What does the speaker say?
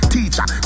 Teacher